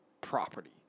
Property